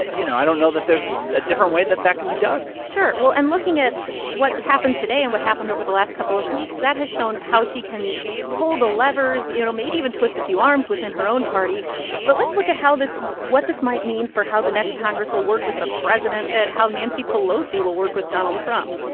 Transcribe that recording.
you know, i don't know that there's a different way that that can be done sure. well, and looking at what happened today and what happened over the last couple of weeks, that has shown how she can pull the levers, you know, maybe even twist a few arms within her own party but let's look at how this what this might mean for how the next congress will work with the president and how nancy pelosi will work with donald trump.